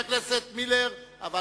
אבל